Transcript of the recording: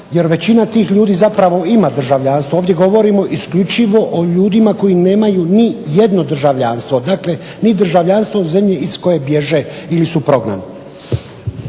jer većina tih ljudi zapravo ima državljanstvo. Ovdje govorimo isključivo o ljudima koji nemaju nijedno državljanstvo, dakle ni državljanstvo u zemlji iz koje bježe ili su prognani.